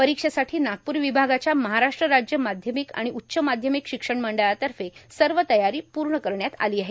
परीक्षेसाठी नागपूर विभागाच्या महाराष्ट्र राज्य माध्यमिक आणि उच्च माध्यमिक शिक्षण मंडळातर्फे सर्व तयारी पूर्ण करण्यात आली आहे